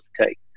take